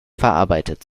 verarbeitet